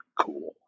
cool